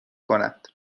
کند